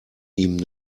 ihm